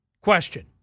question